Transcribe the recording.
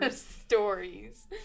Stories